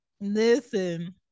Listen